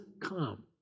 come